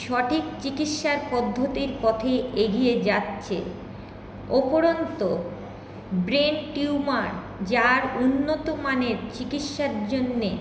সঠিক চিকিৎসার পদ্ধতির পথে এগিয়ে যাচ্ছে উপরন্ত ব্রেন টিউমার যার উন্নত মানের চিকিৎসার জন্যে